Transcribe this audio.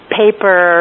paper